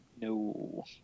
No